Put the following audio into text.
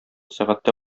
сәгатьтә